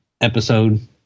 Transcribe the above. episode